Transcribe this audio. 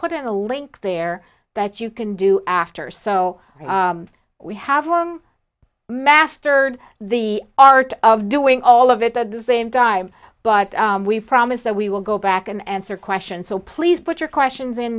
put in a link there that you can do after so we have mastered the art of doing all of it at the same dime but we promise that we will go back and answer question so please put your questions in